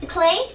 Clay